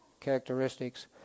characteristics